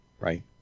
right